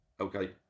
okay